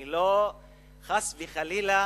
אני חס וחלילה